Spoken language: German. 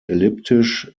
elliptisch